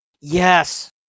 Yes